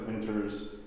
enters